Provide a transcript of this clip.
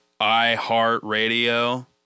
iHeartRadio